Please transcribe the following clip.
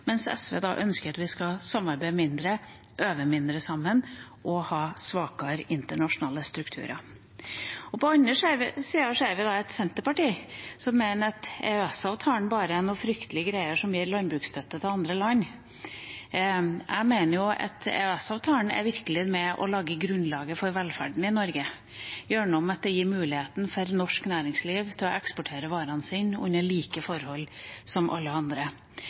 mens SV ønsker at vi skal samarbeide mindre, øve mindre sammen og ha svakere internasjonale strukturer. På den andre sida ser vi Senterpartiet, som mener at EØS-avtalen bare er noe fryktelige greier som gir landbruksstøtte til andre land. Jeg mener at EØS-avtalen virkelig er med på å legge grunnlaget for velferden i Norge, gjennom at det gir muligheten for norsk næringsliv til å eksportere varene sine under samme forhold som alle andre.